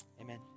Amen